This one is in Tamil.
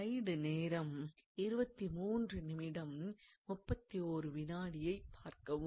சிலைடு நேரம் 2331 ஐப் பார்க்கவும்